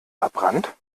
verbrannt